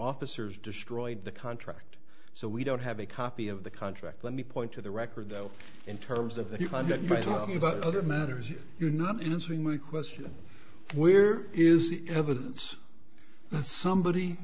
officers destroyed the contract so we don't have a copy of the contract let me point to the record though in terms of the other matters you're not answering my question where is the evidence somebody